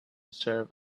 serve